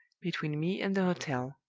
between me and the hotel.